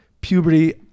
puberty